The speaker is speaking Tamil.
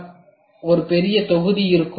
எனவே இங்கே எங்களிடம் ஒரு பெரிய தொகுதி இருக்கும்